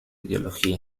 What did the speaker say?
ideología